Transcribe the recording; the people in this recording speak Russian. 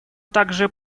также